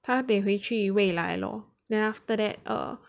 他得回去未来 lor then after that err